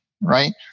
right